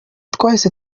twahise